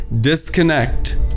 disconnect